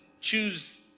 choose